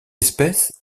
espèce